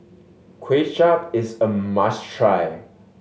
Kuay Chap is a must try